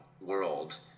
world